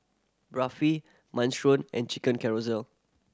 Barfi Minestrone and Chicken